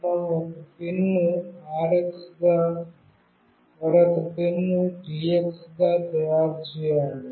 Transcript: మనం ఒక pin RX గా మరొక పిన్ను TX గా తయారు చేయాలి